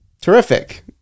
terrific